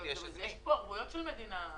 יש פה ערבויות של המדינה.